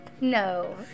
No